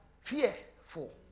fearful